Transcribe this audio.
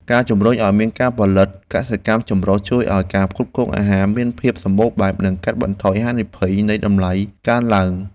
ការជម្រុញឱ្យមានការផលិតកសិកម្មចម្រុះជួយឱ្យការផ្គត់ផ្គង់អាហារមានភាពសម្បូរបែប និងកាត់បន្ថយហានិភ័យនៃតម្លៃកើនឡើង។